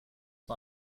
war